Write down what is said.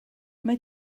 mae